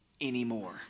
anymore